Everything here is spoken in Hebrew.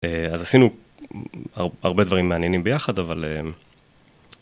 אז עשינו הרבה דברים מעניינים ביחד, אבל...